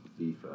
FIFA